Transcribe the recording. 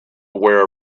aware